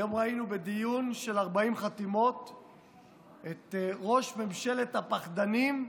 היום ראינו בדיון של 40 חתימות את ראש ממשלת הפחדנים,